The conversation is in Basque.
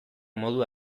modu